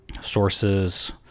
sources